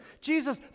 Jesus